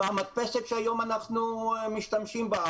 עם המדפסת שהיום אנחנו משתמשים בה,